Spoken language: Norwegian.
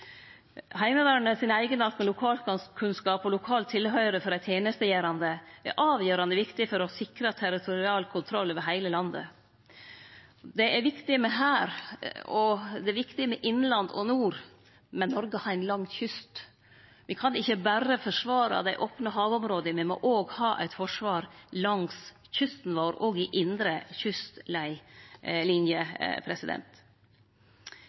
med lokalkunnskap og lokalt tilhøyr for dei tenestegjerande er avgjerande viktig for å kunne sikre territorial kontroll over heile landet. Det er viktig med hær, og det er viktig med innland og nord, men Noreg har ein lang kyst. Me kan ikkje berre forsvare dei opne havområda; me må òg ha eit forsvar langs kysten vår og i indre